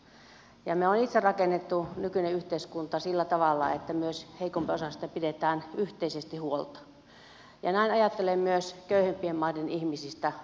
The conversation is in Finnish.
me olemme itse rakentaneet nykyisen yhteiskunnan sillä tavalla että myös heikompiosaisista pidetään yhteisesti huolta ja näin ajattelen myös köyhempien maiden ihmisistä